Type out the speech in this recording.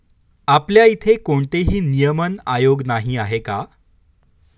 आपल्या इथे कोणतेही नियमन आयोग नाही आहे का?